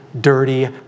dirty